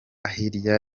hirya